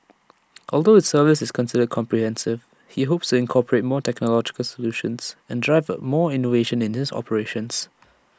although his service is considered comprehensive he hopes incorporate more technological solutions and drive more innovation in his operations